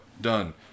Done